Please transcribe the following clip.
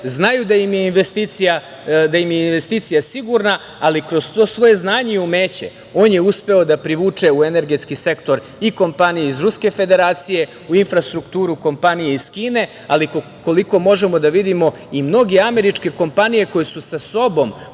znaju da im je investicija sigurna, ali kroz to svoje znanje i umeće, on je uspeo da privuče u energetski sektor i kompanije iz Ruske Federacije, u infrastrukturu kompanije iz Kine. Koliko možemo da vidimo, i mnoge američke kompanije koje su sa sobom